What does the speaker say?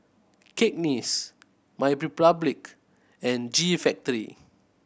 Cakenis MyRepublic and G Factory